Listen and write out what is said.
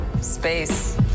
space